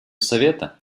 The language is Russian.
совета